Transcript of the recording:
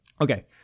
Okay